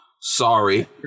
Sorry